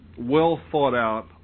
well-thought-out